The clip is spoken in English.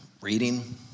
reading